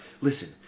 listen